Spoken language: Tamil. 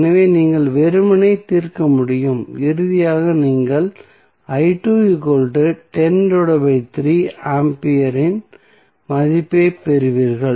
எனவே நீங்கள் வெறுமனே தீர்க்க முடியும் இறுதியாக நீங்கள் ஆம்பியரின் மதிப்பைப் பெறுவீர்கள்